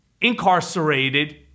incarcerated